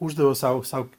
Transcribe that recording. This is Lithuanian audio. uždaviau sau sau